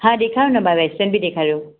हा ॾेखारियो न भाउ वैस्टर्न बि ॾेखारियो